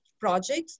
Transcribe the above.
projects